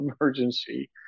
emergency